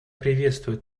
приветствует